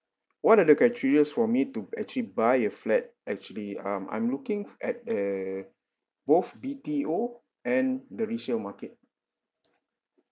what are the criterias for me to actually buy a flat actually um I'm looking at err both B_T_O and the resale market